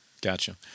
Gotcha